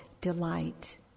delight